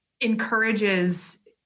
encourages